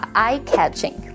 eye-catching